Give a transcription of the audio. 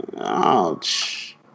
Ouch